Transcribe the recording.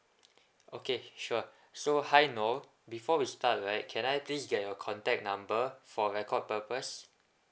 okay sure so hi noel before we start right can I please get your contact number for record purpose